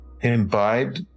imbibe